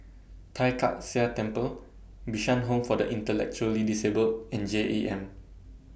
Tai Kak Seah Temple Bishan Home For The Intellectually Disabled and J E M